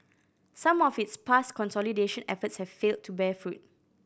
some of its past consolidation efforts have failed to bear fruit